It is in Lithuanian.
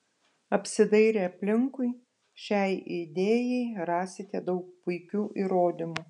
apsidairę aplinkui šiai idėjai rasite daug puikių įrodymų